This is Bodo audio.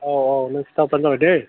औ औ नों खिथाब्लानो जाबाय दै